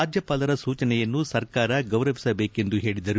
ರಾಜ್ಯಪಾಲರ ಸೂಚನೆಯನ್ನು ಸರ್ಕಾರ ಗೌರವಿಸಬೇಕೆಂದು ಹೇಳಿದರು